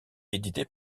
édité